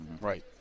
Right